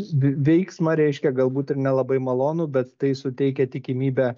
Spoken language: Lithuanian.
veiksmą reiškia galbūt ir nelabai malonų bet tai suteikia tikimybę